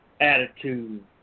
attitude